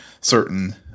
certain